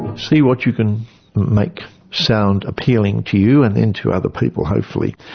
see what you can make sound appealing to you and then to other people, hopefully.